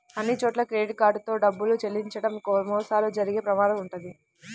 అన్నిచోట్లా credit card తో డబ్బులు చెల్లించడం మోసాలు జరిగే ప్రమాదం వుంటది